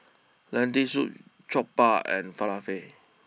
Lentil Soup Jokbal and Falafel